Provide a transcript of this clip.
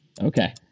Okay